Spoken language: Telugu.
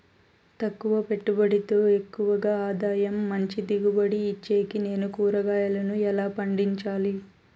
తక్కువ పెట్టుబడితో ఎక్కువగా ఆదాయం మంచి దిగుబడి ఇచ్చేకి నేను కూరగాయలను ఎలా పండించాలి?